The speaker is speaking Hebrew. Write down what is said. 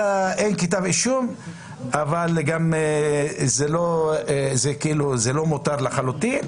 אין כתב אישום אבל גם זה לא מותר לחלוטין,